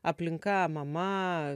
aplinka mama